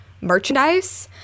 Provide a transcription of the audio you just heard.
merchandise